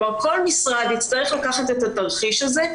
כלומר כל משרד יצטרך לקחת את התרחיש הזה,